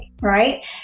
right